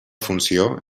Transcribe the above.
funció